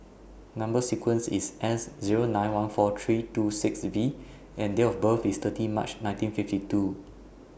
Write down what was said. Number sequence IS S Zero nine one four three two six V and Date of birth IS thirty March nineteen fifty two